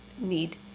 need